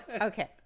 Okay